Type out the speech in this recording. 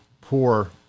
poor